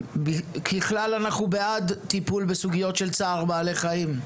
ככלל, אנחנו בעד טיפול בסוגיות של צער בעלי חיים.